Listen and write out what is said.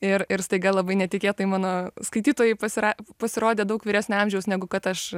ir ir staiga labai netikėtai mano skaitytojai pasira pasirodė daug vyresnio amžiaus negu kad aš